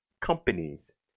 companies